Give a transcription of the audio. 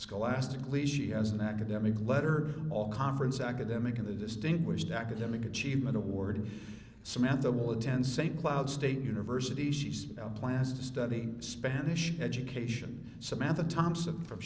scholastically she has an academic letter all conference academic and a distinguished academic achievement award samantha will attend st cloud state university she's plans to study spanish education samantha thompson from